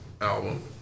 album